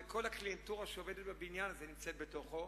כל הקליינטורה שעובדת בבניין הזה נמצאת בתוכו,